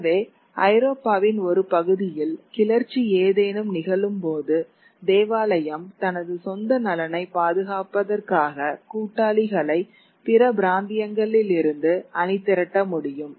எனவே ஐரோப்பாவின் ஒரு பகுதியில் கிளர்ச்சி ஏதேனும் நிகழும்போது தேவாலயம் தனது சொந்த நலனைப் பாதுகாப்பதற்காக கூட்டாளிகளை பிற பிராந்தியங்களிலிருந்து அணிதிரட்ட முடியும்